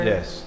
Yes